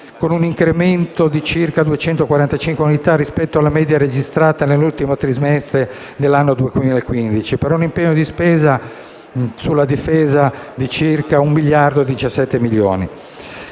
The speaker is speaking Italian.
con un incremento di circa 245 unità rispetto alla media registrata nell'ultimo trimestre dell'anno 2015, per un impegno di spesa nella difesa di circa 1,017 miliardi.